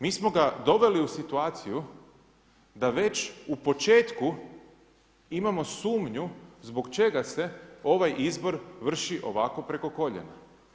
Mi smo ga doveli u situaciju, da već u početku imamo sumnju zbog čega se ovaj izbor vrši ovako preko koljena.